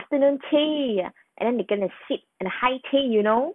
不能 tea ah and then they're gonna sit and high tea you know